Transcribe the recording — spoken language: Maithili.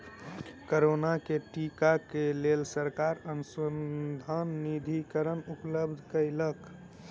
कोरोना के टीका क लेल सरकार अनुसन्धान निधिकरण उपलब्ध कयलक